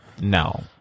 No